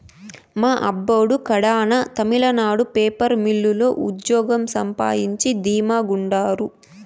మా అబ్బోడు కడాన తమిళనాడు పేపర్ మిల్లు లో ఉజ్జోగం సంపాయించి ధీమా గుండారు